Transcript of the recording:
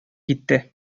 китте